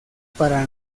para